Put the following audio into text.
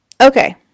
Okay